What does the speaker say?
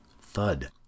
thud